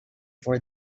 for